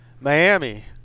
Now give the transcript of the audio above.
Miami